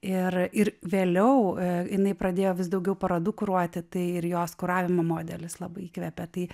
ir ir vėliau jinai pradėjo vis daugiau parodų kuruoti tai ir jos kuravimo modelis labai įkvėpė tai